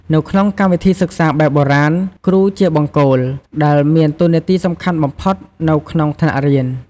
នៅក្នុងកម្មវិធីសិក្សាបែបបុរាណ គ្រូជាបង្គោល ដែលមានតួនាទីសំខាន់បំផុតនៅក្នុងថ្នាក់រៀន។